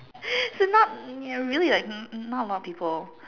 she's not ya really like um not a lot of people